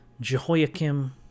Jehoiakim